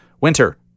Winter